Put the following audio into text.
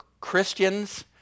Christians